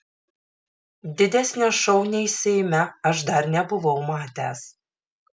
didesnio šou nei seime aš dar nebuvau matęs